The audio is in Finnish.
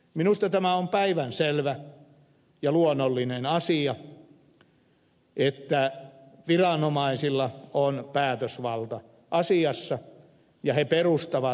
minusta tämä on päivänselvä ja luonnollinen asia että viranomaisilla on päätösvalta asiassa ja he perustavat päätöksensä vesilakiin